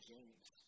James